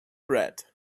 bread